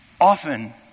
often